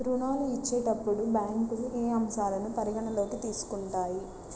ఋణాలు ఇచ్చేటప్పుడు బ్యాంకులు ఏ అంశాలను పరిగణలోకి తీసుకుంటాయి?